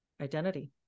identity